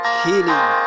healing